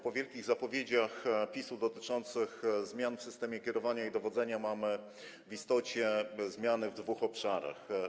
Po wielkich zapowiedziach PiS-u dotyczących zmian w systemie kierowania i dowodzenia mamy w istocie zmianę w dwóch obszarach.